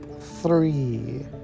three